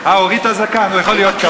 אה, הוא הוריד את הזקן, הוא יכול להיות כבאי.